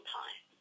time